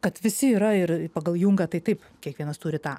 kad visi yra ir pagal jungą tai kaip kiekvienas turi tą